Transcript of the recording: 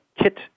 kit